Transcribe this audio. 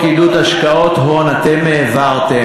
את חוק עידוד השקעות הון אתם העברתם.